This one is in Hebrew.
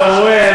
אתה רואה,